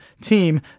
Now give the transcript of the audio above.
team